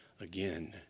again